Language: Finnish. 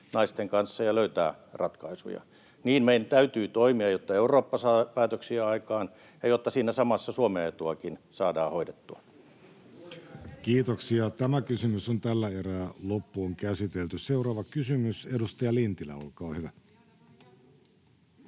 ‑naisten kanssa ja löytää ratkaisuja. Niin meidän täytyy toimia, jotta Eurooppa saa päätöksiä aikaan ja jotta siinä samassa Suomen etuakin saadaan hoidettua. [Sanna Antikainen: Erinomainen vastaus!] Seuraava kysymys, edustaja Lintilä, olkaa hyvä.